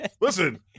Listen